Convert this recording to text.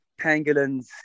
pangolins